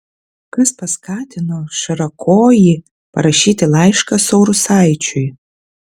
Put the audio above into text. kas paskatino šarakojį parašyti laišką saurusaičiui